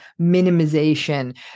minimization